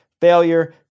failure